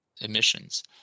emissions